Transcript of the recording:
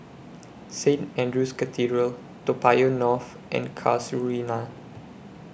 Saint Andrew's Cathedral Toa Payoh North and Casuarina